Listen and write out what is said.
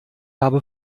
habe